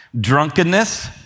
drunkenness